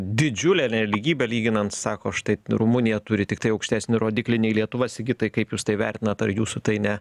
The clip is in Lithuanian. didžiulę nelygybę lyginant sako štai rumunija turi tiktai aukštesnį rodiklį nei lietuva sigitai kaip jūs tai vertinat ar jūsų tai ne